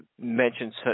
mentioned